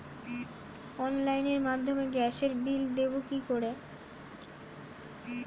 অনলাইনের মাধ্যমে গ্যাসের বিল দেবো কি করে?